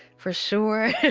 for sure.